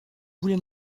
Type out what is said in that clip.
boulay